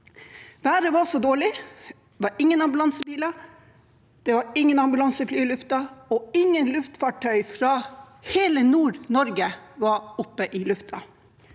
Været var så dårlig, og det var ingen ambulansebiler, det var ingen ambulansefly i lufta, og ingen luftfartøy fra hele Nord-Norge var oppe i lufta.